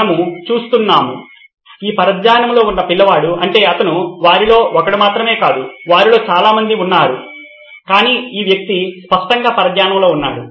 మనము చూస్తున్నాము ఈ పరధ్యానంలో ఉన్న పిల్లవాడు అంటే అతను వారిలో ఒకడు మాత్రమే కాదు వారిలో చాలా మంది ఉన్నారు కాని ఈ వ్యక్తి స్పష్టంగా పరధ్యానంలో ఉన్నాడు